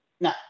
No